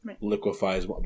liquefies